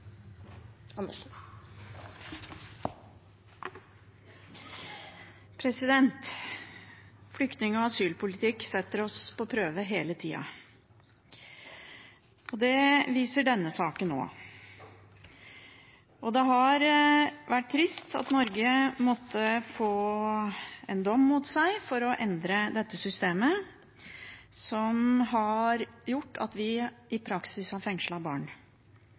til. Flyktning- og asylpolitikk setter oss på prøve hele tida. Det viser også denne saken. Det er trist at Norge måtte få en dom mot seg for å endre det systemet som har gjort at vi i praksis har fengslet barn.